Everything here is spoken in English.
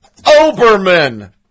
Oberman